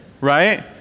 right